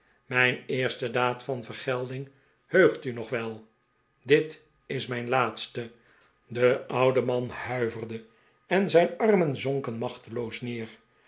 mijn eerste daad van vergelding heugt u nog wel bit is mijn laatste de oude man huiverde en zijn armen zonken machteloos neer